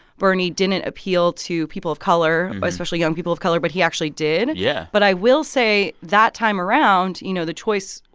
bernie didn't appeal to people of color, but especially young people of color. but he actually did yeah but i will say, that time around, you know, the choice,